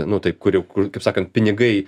nu taip kur jau kur kaip sakant pinigai